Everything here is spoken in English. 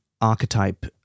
archetype